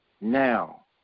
now